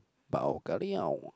bao ka liao